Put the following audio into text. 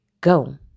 go